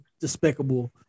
despicable